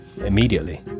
immediately